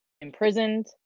imprisoned